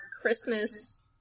Christmas